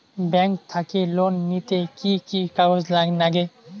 Bank থাকি loan নিতে কি কি কাগজ নাগে?